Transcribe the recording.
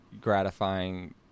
gratifying